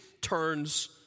turns